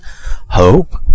hope